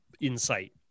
insight